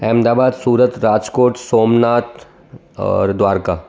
अहमदाबाद सूरत राजकोट सोमनाथ और द्वारका